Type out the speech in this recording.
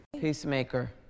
Peacemaker